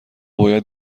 باید